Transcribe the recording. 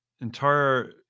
entire